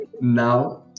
now